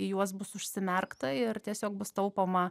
į juos bus užsimerkta ir tiesiog bus taupoma